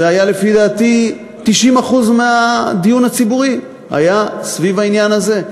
ולפי דעתי 90% מהדיון הציבורי היה סביב העניין הזה.